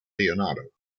leonardo